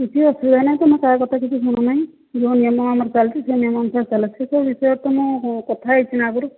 କିଛି ଅସୁବିଧା ନାହିଁ ତୁମ କହିବା କଥା କିଛି ଭୁଲ ନାଇଁ ଯେଉଁ ନିୟମ ଆମର ଚାଲିଛି ସେଇ ନିୟମ ଚାଲ ସେ କହୁଛି ସେ ତ ମୁଁ କଥା ହେଇଛି ନା ଆଗରୁ